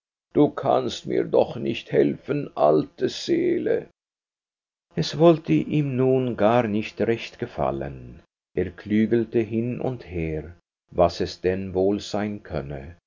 du kannst mir doch nicht helfen alte seele es wollte ihm nun gar nicht recht gefallen er klügelte hin und her was es denn wohl sein könne